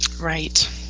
Right